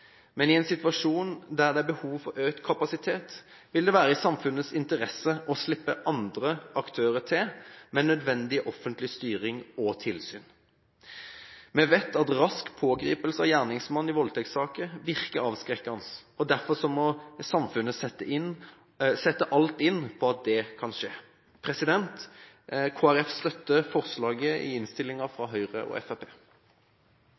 men i en situasjon der det er behov for økt kapasitet, vil det være i samfunnets interesse å slippe andre aktører til med nødvendig offentlig styring og tilsyn. Vi vet at rask pågripelse av gjerningsmann i voldtektssaker virker avskrekkende. Derfor må samfunnet sette alt inn på at det kan skje. Kristelig Folkeparti støtter forslaget i